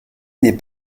n’est